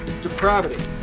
Depravity